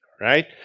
right